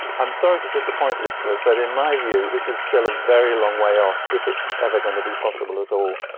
i'm sorry to disappoint listeners, but in my view this is still a very long way off, if it is ever going to be possible at all.